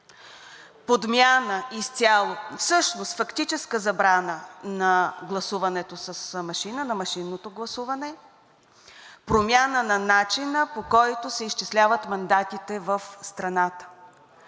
подмяна, всъщност фактическа забрана на гласуването с машина – на машинното гласуване, промяна на начина, по който се изчисляват мандатите в страната.